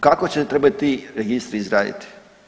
Kako se trebaju ti registri izraditi?